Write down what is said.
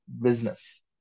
business